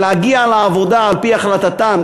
על-פי החלטתן,